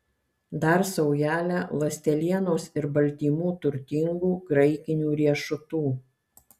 dar saujelę ląstelienos ir baltymų turtingų graikinių riešutų